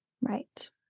Right